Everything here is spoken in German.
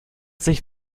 sich